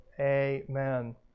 Amen